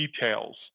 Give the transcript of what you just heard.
details